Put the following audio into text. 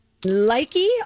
Likey